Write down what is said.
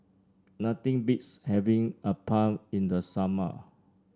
nothing beats having appam in the summer